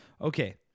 Okay